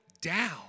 down